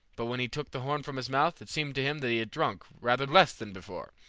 but when he took the horn from his mouth, it seemed to him that he had drunk rather less than before,